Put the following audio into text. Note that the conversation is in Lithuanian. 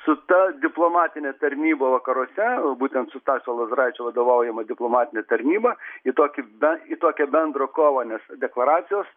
su ta diplomatine tarnyba vakaruose būtent su stasio lozoraičio vadovaujama diplomatine tarnyba į tokį ben į tokią bendrą kovą nes deklaracijos